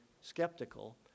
skeptical